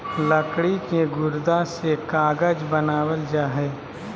लकड़ी के गुदा से कागज बनावल जा हय